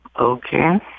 Okay